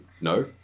no